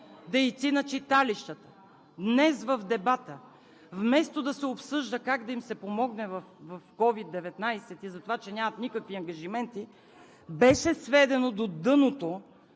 дейци на читалищата днес в дебата вместо да се обсъжда как да им се помогне в COVID-19 и за това, че нямат никакви ангажименти, беше сведено до дъното